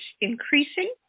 increasing